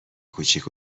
کوچیک